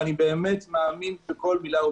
ואני באמת מאמין בכל מילה,